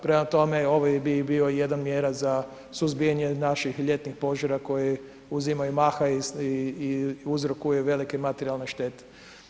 Prema tome ovo bi i bila jedna mjera za suzbijanje naših ljetnih požara koji uzimaju maha i uzrokuju velike materijalne štete.